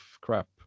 crap